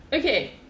Okay